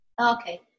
Okay